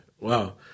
wow